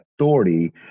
authority